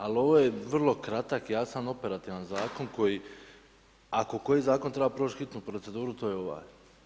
Ali ovo je vrlo kratak, jasan, operativan Zakon koji, ako koji Zakon treba proć hitnu proceduru, to je ovaj.